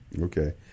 Okay